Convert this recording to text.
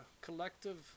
collective